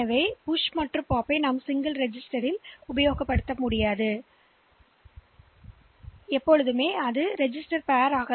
எனவே அது அப்படியே நீங்கள்ஒரு பதிவேட்டை POP ஐ தள்ள முடியாது ஒரு புஷ் ஆபரேஷன் செய்தால் உங்களைப் போன்ற